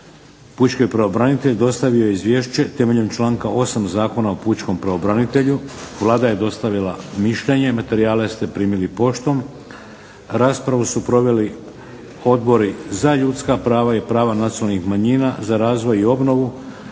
Pučki pravobranitelj dostavio je izvješće temeljem članka 8. Zakona o pučkom pravobranitelju. Vlada je dostavila mišljenje. Materijale ste primili poštom. Raspravu su proveli odbori za ljudska prava i prava nacionalnih manjina, za razvoj i obnovu,